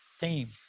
theme